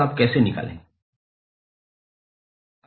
आप कैसे निकालेंगे